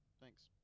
thanks